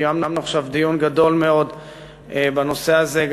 קיימנו עכשיו דיון גדול מאוד בנושא הזה.